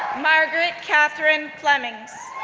margaret catherine flemings,